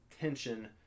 tension